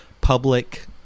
public